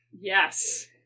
Yes